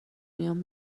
میان